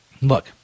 look